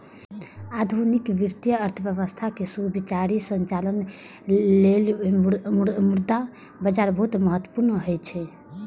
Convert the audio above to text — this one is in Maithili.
आधुनिक वित्तीय अर्थव्यवस्था के सुचारू संचालन लेल मुद्रा बाजार बहुत महत्वपूर्ण होइ छै